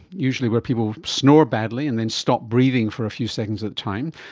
usually where people snore badly and then stop breathing for a few seconds at a time,